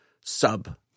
sub